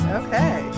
okay